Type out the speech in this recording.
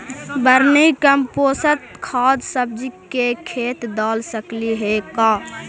Vermi compost खाद सब्जी के खेत दाल सकली हे का?